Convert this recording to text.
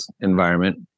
environment